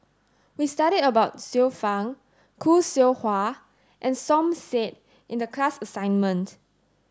we studied about Xiu Fang Khoo Seow Hwa and Som said in the class assignment